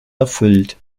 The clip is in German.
erfüllt